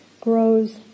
grows